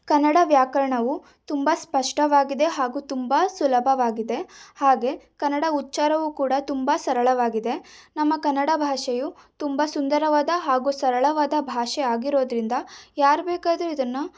ಕನ್ನಡ ವ್ಯಾಕರಣವು ತುಂಬ ಸ್ಪಷ್ಟವಾಗಿದೆ ಹಾಗೂ ತುಂಬ ಸುಲಭವಾಗಿದೆ ಹಾಗೆ ಕನ್ನಡ ಉಚ್ಚಾರವು ಕೂಡ ತುಂಬ ಸರಳವಾಗಿದೆ ನಮ್ಮ ಕನ್ನಡ ಭಾಷೆಯು ತುಂಬ ಸುಂದರವಾದ ಹಾಗೂ ಸರಳವಾದ ಭಾಷೆ ಆಗಿರೋದ್ರಿಂದ ಯಾರು ಬೇಕಾದರೂ ಇದನ್ನು